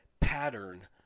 pattern